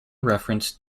reference